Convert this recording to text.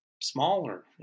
smaller